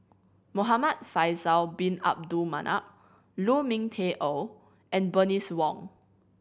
Muhamad Faisal Bin Abdul Manap Lu Ming Teh Earl and Bernice Wong